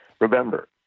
Remember